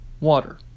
Water